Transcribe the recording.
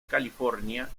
california